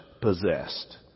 possessed